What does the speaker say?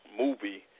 movie